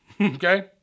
Okay